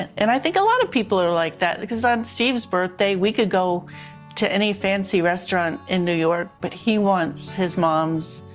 and i think a lot of people are like that. because on steve's birthday, we could go to any fancy restaurant in new york, but he wants his mom's